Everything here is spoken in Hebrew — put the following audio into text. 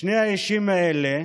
שני האישים האלה,